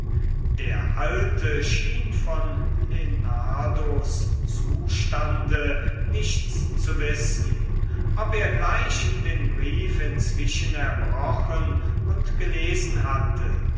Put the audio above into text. der alte schien von lenardos zustande nichts zu wissen ob er gleich den brief inzwischen erbrochen und gelesen hatte